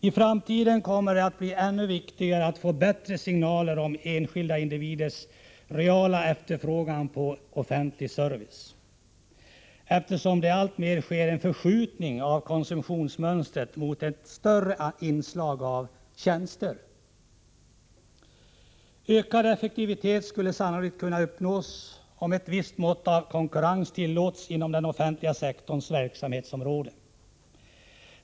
I framtiden kommer det att bli ännu viktigare att få bättre signaler om enskilda individers reella efterfrågan på offentlig service, eftersom det sker en förskjutning av konsumtionsmönstret mot ett allt större inslag av tjänster. Ökad effektivitet skulle sannolikt kunna uppnås om ett visst mått av konkurrens tillåts inom den offentliga sektorns verksamhetsområde.